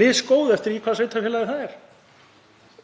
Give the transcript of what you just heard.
misgóð eftir því hvaða sveitarfélag það er.